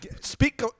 Speak